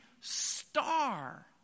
star